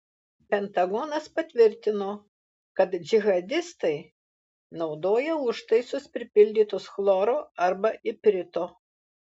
pentagonas patvirtino kad džihadistai naudoja užtaisus pripildytus chloro arba iprito